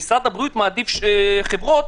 עסקים מסוימים שיודעים להביא את המכשור המתאים